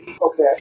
Okay